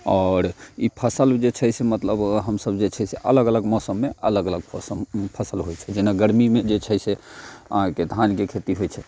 आओर ई फसल जे छै से मतलब हमसब जे छै से अलग अलग मौसममे अलग फसल होयत छै जेना गरमीमे जे छै से अहाँकेँ धानके खेती होयत छै